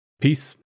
Peace